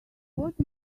what